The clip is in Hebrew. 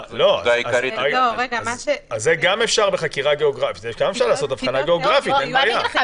בזה גם אפשר לעשות אבחנה גיאוגרפית, אין בעיה.